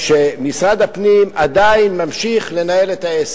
שמשרד הפנים עדיין ממשיך לנהל את העסק.